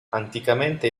anticamente